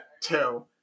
two